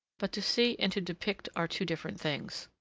but to see and to depict are two different things!